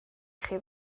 chi